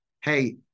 hey